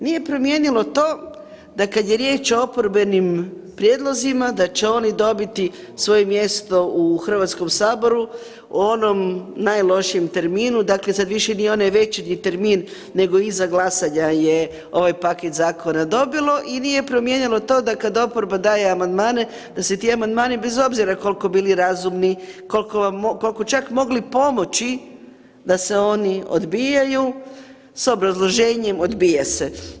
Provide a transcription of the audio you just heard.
Nije promijenilo to da kad je riječ o oporbenim prijedlozima da će oni dobiti svoje mjesto u Hrvatskom saboru u onom najlošijem terminu, dakle sad više ni onaj večernji termin, nego iza glasanja je ovaj paket zakona dobilo i nije promijenilo to da kad oporba daje amandmane, da se ti amandmani bez obzira koliko bili razumni, koliko bi čak mogli pomoći, da se oni odbijaju s obrazloženjem odbija se.